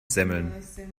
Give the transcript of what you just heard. semmeln